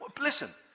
Listen